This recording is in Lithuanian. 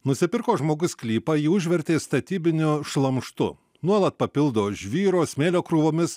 nusipirko žmogus sklypą jį užvertė statybiniu šlamštu nuolat papildo žvyro smėlio krūvomis